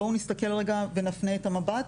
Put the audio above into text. בואו נסתכל רגע ונפנה את המבט